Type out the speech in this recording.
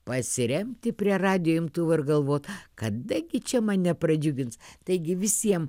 pasiremti prie radijo imtuvo ir galvot kada gi čia mane pradžiugins taigi visiem